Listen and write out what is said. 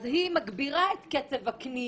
אז היא מגבירה את קצב הקנייה,